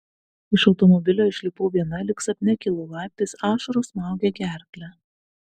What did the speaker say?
iš automobilio išlipau viena lyg sapne kilau laiptais ašaros smaugė gerklę